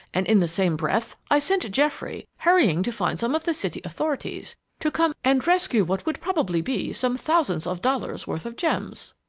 and in the same breath i sent geoffrey hurrying to find some of the city authorities to come and rescue what would probably be some thousands of dollars' worth of gems.